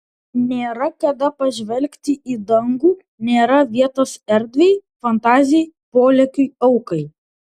nėra kada pažvelgti į dangų nėra vietos erdvei fantazijai polėkiui aukai